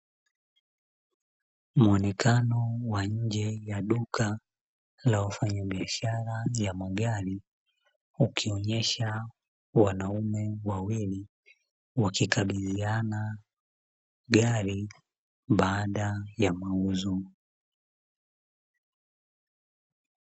Muonekano wa nje ya duka la wafanyabiashara ya magari, ukionyesha wanaume wawili wakikabidhiana gari baada ya mauzo.